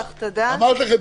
אמרתי לכם,